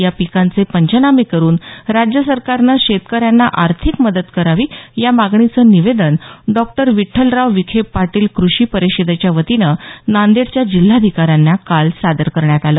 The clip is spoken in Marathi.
या पीकांचे पंचनामे करून राज्य सरकारने शेतकऱ्यांना आर्थिक मदत करावी या मागणीचे निवेदन डॉ विठ्ठलराव विखे पाटील कृषी परिषदेच्यावतीने नांदेडच्या जिल्हाधिकाऱ्यांना काल सादर करण्यात आलं